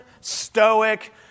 stoic